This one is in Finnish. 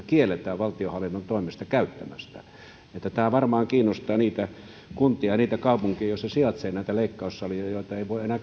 kielletään valtionhallinnon toimesta käyttämästä tätä omaisuutta tämä varmaan kiinnostaa niitä kuntia ja niitä kaupunkeja joissa sijaitsee näitä leikkaussaleja joita ei voi enää